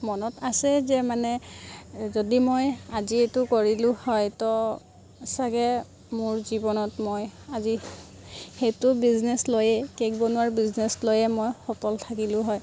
মনত আছে যে মানে যদি মই আজি এইটো কৰিলো হয় ত' চাগে মোৰ জীৱনত মই আজি সেইটো বিজনেছ লৈয়ে কে'ক বনোৱাৰ বিজনেছ লৈয়ে মই সফল থাকিলো হয়